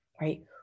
Right